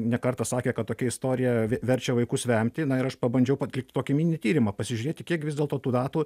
ne kartą sakė kad tokia istorija verčia vaikus vemti na ir aš pabandžiau p atlikt tokį mini tyrimą pasižiūrėti kiek vis dėlto tų datų